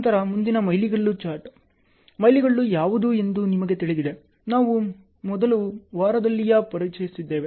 ನಂತರ ಮುಂದಿನ ಮೈಲಿಗಲ್ಲುMilestone ಚಾರ್ಟ್ ಮೈಲಿಗಲ್ಲು ಯಾವುದು ಎಂದು ನಿಮಗೆ ತಿಳಿದಿದೆ ನಾವು ಮೊದಲ ವಾರದಲ್ಲಿಯೇ ಪರಿಚಯಿಸಿದ್ದೇವೆ